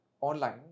online